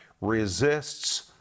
resists